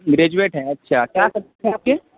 graduate ہیں اچھا کیا ہیں آپ کے